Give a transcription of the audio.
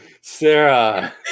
Sarah